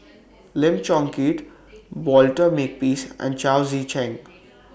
Lim Chong Keat Walter Makepeace and Chao Tzee Cheng